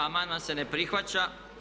Amandman se ne prihvaća.